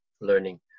learning